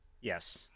Yes